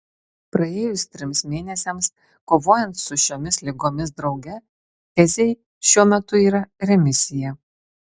praėjus trims mėnesiams kovojant su šiomis ligomis drauge keziai šiuo metu yra remisija